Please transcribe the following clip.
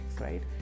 right